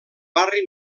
barri